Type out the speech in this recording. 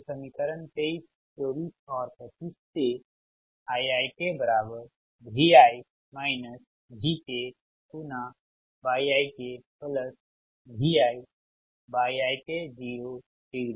तो समीकरण 23 24 और 25 से IikyikViyiko